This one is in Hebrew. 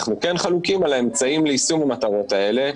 אנחנו כן חלוקים על האמצעים ליישום המטרות האלה,